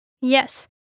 Yes